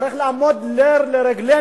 זכויות העובד צריכות להיות נר לרגלינו,